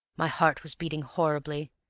my heart was beating horribly.